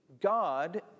God